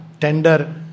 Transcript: tender